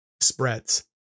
spreads